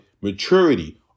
maturity